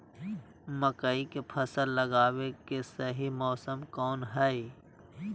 मकई के फसल लगावे के सही मौसम कौन हाय?